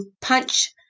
punch